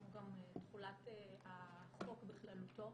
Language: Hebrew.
כמו גם תחולת החוק בכללותו,